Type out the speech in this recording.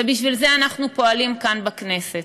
ובשביל זה אנחנו פועלים כאן בכנסת.